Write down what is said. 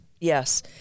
yes